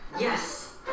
Yes